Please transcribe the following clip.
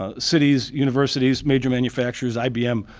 ah cities, universities, major manufacturers, ibm,